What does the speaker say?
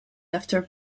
after